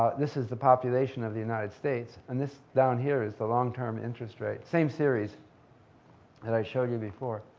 ah this is the population of the united states and this, down here, is the long-term interest rate. same series that i showed you before.